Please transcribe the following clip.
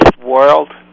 world